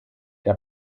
der